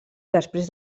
després